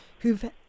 who've